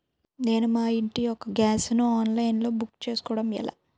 నేను మా ఇంటి యెక్క గ్యాస్ ను ఆన్లైన్ లో బుక్ చేసుకోవడం ఎలా?